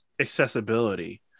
accessibility